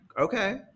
okay